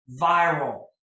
viral